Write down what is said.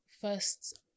first